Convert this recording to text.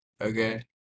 okay